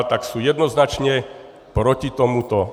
Tak jsem jednoznačně proti tomuto.